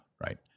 right